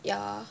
ya